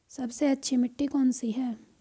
सबसे अच्छी मिट्टी कौन सी है?